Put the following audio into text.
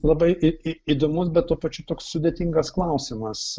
labai į į įdomus bet tuo pačiu toks sudėtingas klausimas